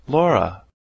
Laura